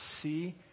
see